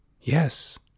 Yes